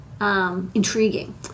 intriguing